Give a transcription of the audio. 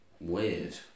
Weird